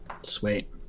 Sweet